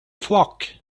flock